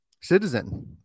citizen